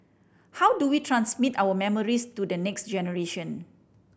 how do we transmit our memories to the next generation